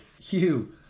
Hugh